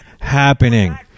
happening